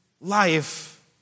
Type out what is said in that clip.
life